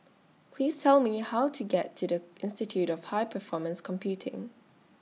Please Tell Me How to get to The Institute of High Performance Computing